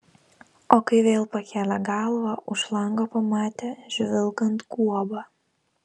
o kai vėl pakėlė galvą už lango pamatė žvilgant guobą